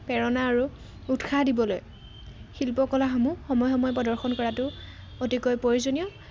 প্ৰেৰণা আৰু উৎসাহ দিবলৈ শিল্পকলাসমূহ সময় সময় প্ৰদৰ্শন কৰাটো অতিকৈ প্ৰয়োজনীয়